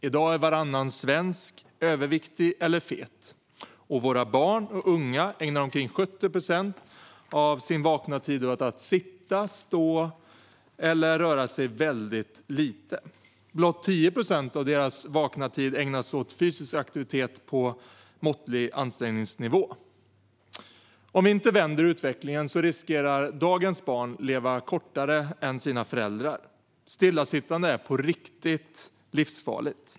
I dag är varannan svensk överviktig eller fet. Och våra barn och unga ägnar omkring 70 procent av sin vakna tid åt att sitta, stå eller röra sig väldigt lite. Blott 10 procent av deras vakna tid ägnas åt fysisk aktivitet på måttlig ansträngningsnivå. Om vi inte vänder utvecklingen riskerar dagens barn att leva kortare än sina föräldrar. Stillasittande är på riktigt livsfarligt.